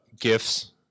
gifts